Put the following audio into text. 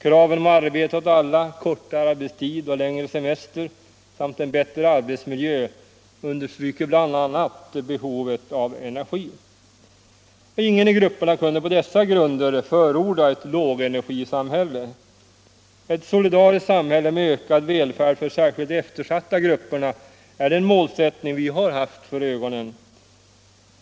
Kraven om arbete åt alla, kortare arbetstid och längre semester samt en bättre arbetsmiljö understryker bl.a. behovet av energi. Ingen i grupperna kunde på dessa grunder förorda ett lågenergisamhälle. Ett solidariskt samhälle med ökad välfärd för särskilt de eftersatta grupperna är den målsättning vi har haft för ögonen.